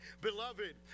beloved